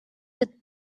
with